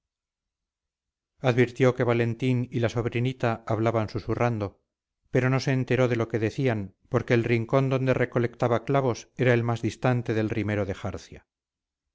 advirtió que valentín y la sobrinita hablaban susurrando pero no se enteró de lo que decían porque el rincón donde recolectaba clavos era el más distante del rimero de jarcia